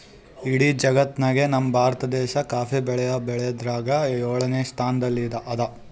ಇಡೀ ಜಗತ್ತ್ನಾಗೆ ನಮ್ ಭಾರತ ದೇಶ್ ಕಾಫಿ ಬೆಳಿ ಬೆಳ್ಯಾದ್ರಾಗ್ ಯೋಳನೆ ಸ್ತಾನದಾಗ್ ಅದಾ